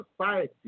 society